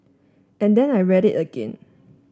and then I read it again